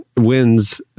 wins